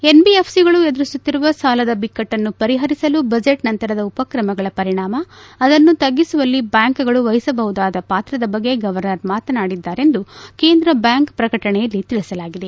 ಎನ್ಬಿಎಫ್ಒಗಳು ಎದುರಿಸುತ್ತಿರುವ ಸಾಲದ ಬಿಕ್ಕಟ್ಟನ್ನು ಪರಿಪರಿಸಲು ಬಜೆಟ್ ನಂತರದ ಉಪಕ್ರಮಗಳ ಪರಿಣಾಮ ಅದನ್ನು ತಗ್ಗಿಸುವಲ್ಲಿ ಬ್ಹಾಂಕ್ಗಳು ವಹಿಸಬಹುದಾದ ಪಾತ್ರದ ಬಗ್ಗೆ ಗವರ್ನರ್ ಮಾತನಾಡಿದ್ದಾರೆ ಎಂದು ಕೇಂದ್ರ ಬ್ಹಾಂಕ್ ಪ್ರಕಟಣೆಯಲ್ಲಿ ತಿಳಿಸಲಾಗಿದೆ